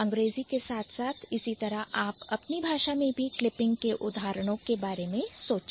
अंग्रेजी के साथ साथ इसी तरह आप अपनी भाषा में भी Clipping के उदाहरणों के बारे में सोचें